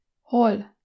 Hol